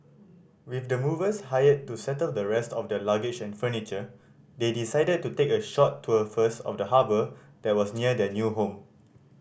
with the movers hired to settle the rest of their luggage and furniture they decided to take a short tour first of the harbour that was near their new home